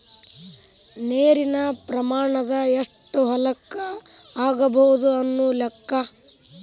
ನೇರಿನ ಪ್ರಮಾಣಾ ಎಷ್ಟ ಹೊಲಕ್ಕ ಆಗಬಹುದು ಅನ್ನು ಲೆಕ್ಕಾ